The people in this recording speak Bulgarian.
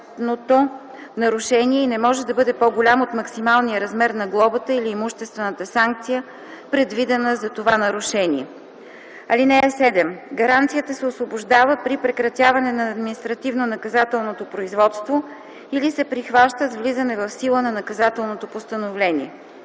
нарушение, и не може да бъде по-голям от максималния размер на глобата или имуществената санкция, предвидена за това нарушение. (7) Гаранцията се освобождава при прекратяване на административнонаказателното производство или се прихваща с влизане в сила на наказателното постановление.